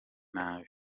nabi